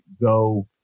go